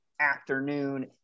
afternoon